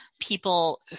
people